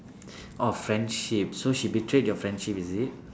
orh friendship so she betrayed your friendship is it